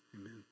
Amen